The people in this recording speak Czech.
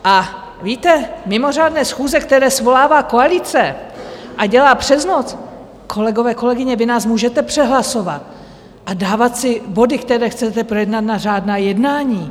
A víte, mimořádné schůze, které svolává koalice, a dělá přes noc kolegové, kolegyně, vy nás můžete přehlasovat a dávat si body, které chcete projednat, na řádná jednání.